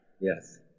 Yes